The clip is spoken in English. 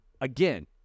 Again